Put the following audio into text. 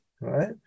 right